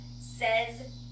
says